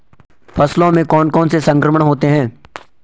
फसलों में कौन कौन से संक्रमण होते हैं?